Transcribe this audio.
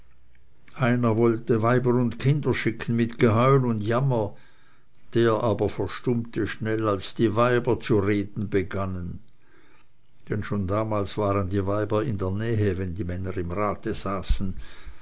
einer wollte weiber und kinder schicken mit geheul und jammer der aber verstummte schnell als die weiber zu reden begannen denn schon damals waren die weiber in der nähe wenn die männer im rate saßen